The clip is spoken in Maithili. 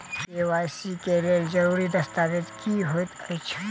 के.वाई.सी लेल जरूरी दस्तावेज की होइत अछि?